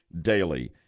daily